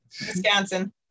Wisconsin